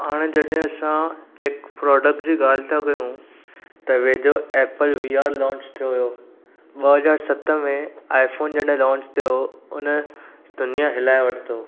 हाणे जॾहि असां टेक प्रोडेक्ट जी ॻाल्हि था कयूं त वेझो ऐपल वी आर लॉन्च थियो ॿ हज़ार सत में आई फ़ोन जॾहि लॉन्च थियो हो उन दुनिया हिलाए वरितो